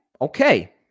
Okay